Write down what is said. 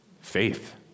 Faith